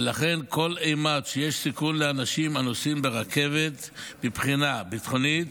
ולכן כל אימת שיש סיכון לאנשים הנוסעים ברכבת מבחינה ביטחונית,